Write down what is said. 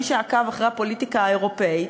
מי שעקב אחרי הפוליטיקה האירופית,